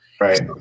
Right